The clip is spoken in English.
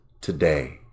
today